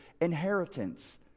inheritance